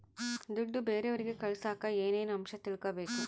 ದುಡ್ಡು ಬೇರೆಯವರಿಗೆ ಕಳಸಾಕ ಏನೇನು ಅಂಶ ತಿಳಕಬೇಕು?